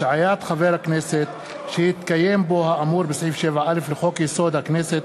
(השעיית חבר הכנסת שהתקיים בו האמור בסעיף 7א לחוק-יסוד: הכנסת),